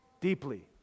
deeply